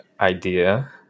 idea